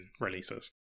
releases